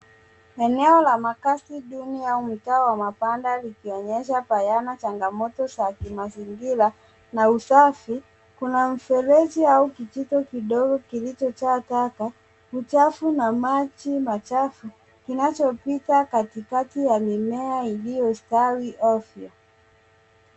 Eneo la makazi duni au mtaa wa mabanda likionyesha bayana changamoto za kimazingira na usafi. Kuna mfereji au kijito kidogo kilichojaa taka, uchafu na maji machafu kinachopita katikati ya mimea iliyostawi ovyo.